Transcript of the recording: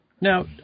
Now